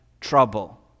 trouble